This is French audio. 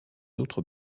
autres